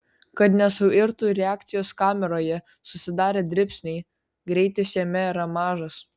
kad nesuirtų reakcijos kameroje susidarę dribsniai greitis jame yra mažas